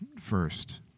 first